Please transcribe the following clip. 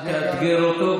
אל תאתגר אותו.